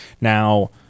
now